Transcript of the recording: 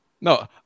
No